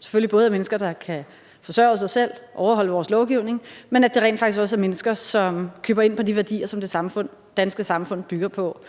selvfølgelig både er mennesker, der kan forsørge sig selv og overholde vores lovgivning, men at det rent faktisk også er mennesker, som køber ind på de værdier, som det danske samfund bygger på.